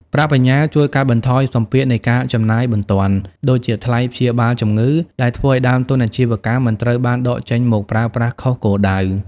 ប្រាក់បញ្ញើជួយកាត់បន្ថយសម្ពាធនៃ "ការចំណាយបន្ទាន់" ដូចជាថ្លៃព្យាបាលជំងឺ ដែលធ្វើឱ្យដើមទុនអាជីវកម្មមិនត្រូវបានដកចេញមកប្រើប្រាស់ខុសគោលដៅ។